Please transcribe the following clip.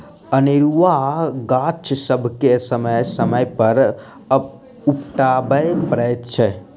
अनेरूआ गाछ सभके समय समय पर उपटाबय पड़ैत छै